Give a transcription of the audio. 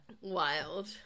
Wild